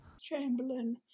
Chamberlain